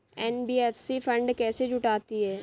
NBFC fund कैसे जुटाती है?